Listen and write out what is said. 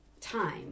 time